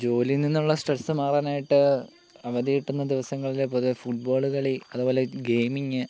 ജോലിയിൽ നിന്നുള്ള സ്ട്രെസ്സ് മാറാനായിട്ട് അവധി കിട്ടുന്ന ദിവസങ്ങളിൽ പൊതുവേ ഫുട്ബോൾ കളി അതുപോലെ ഗെയിമിംഗ്